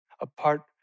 apart